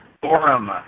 forum